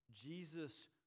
Jesus